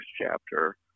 chapter